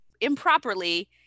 improperly